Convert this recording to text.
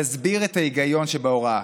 תסביר את ההיגיון שבהוראה,